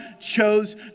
chose